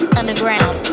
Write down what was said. underground